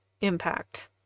impact